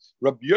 Rabbi